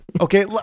Okay